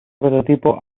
prototipo